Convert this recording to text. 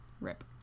Rip